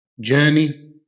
journey